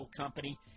company